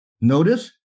Notice